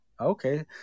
Okay